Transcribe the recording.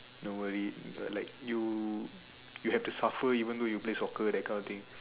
no worry uh like you you have to suffer even though you play soccer that kind of thing